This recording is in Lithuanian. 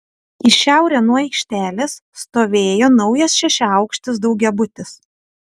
į šiaurę nuo aikštelės stovėjo naujas šešiaaukštis daugiabutis